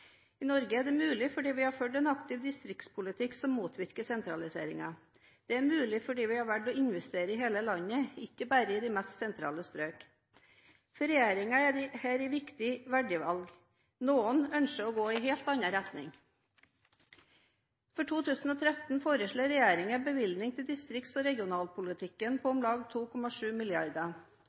I Norge er det mulig fordi vi har ført en aktiv distriktspolitikk som motvirker sentraliseringen. Det er mulig fordi vi har valgt å investere i hele landet, ikke bare i de mest sentrale strøkene. For regjeringen er dette et viktig verdivalg. Noen ønsker å gå i en helt annen retning. For 2013 foreslår regjeringen en bevilgning til distrikts- og regionalpolitikken på om lag 2,7